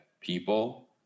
people